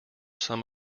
some